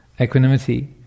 equanimity